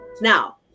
Now